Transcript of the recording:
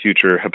future